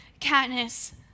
Katniss